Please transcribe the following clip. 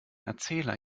erzähler